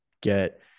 get